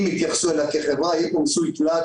אם יתייחסו אליה כחברה יהיה פה מיסוי ---.